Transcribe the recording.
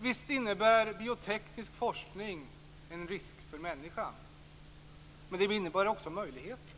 Visst innebär bioteknisk forskning en risk för människan, men den innebär också möjligheter.